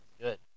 Good